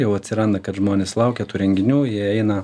jau atsiranda kad žmonės laukia tų renginių jie eina